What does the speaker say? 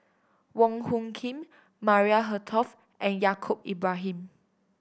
Wong Hung Khim Maria Hertogh and Yaacob Ibrahim